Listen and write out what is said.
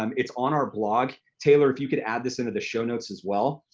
um it's on our blog. taylor, if you could add this into the show notes as well,